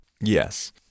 Yes